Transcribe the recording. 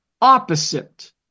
opposite